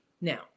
Now